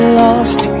lost